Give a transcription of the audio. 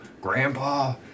grandpa